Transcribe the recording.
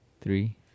three